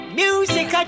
music